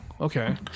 Okay